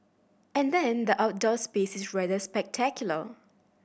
and then the outdoor space is rather spectacular